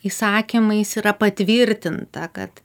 įsakymais yra patvirtinta kad